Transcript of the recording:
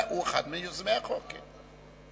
הוא אחד מיוזמי החוק, כן.